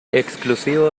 exclusivo